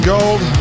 Gold